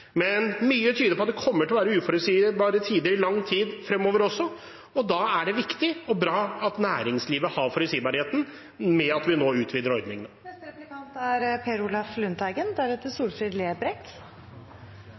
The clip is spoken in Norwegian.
Mye tyder på at det kommer til å være uforutsigbare tider i lang tid fremover også, og da er det viktig og bra at næringslivet har forutsigbarheten ved at vi nå utvider